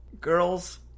Girls